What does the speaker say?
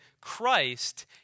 Christ